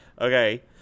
Okay